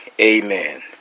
Amen